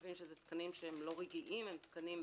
מבין שאלה תקנים לא רגעיים הם תקנים,